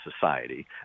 society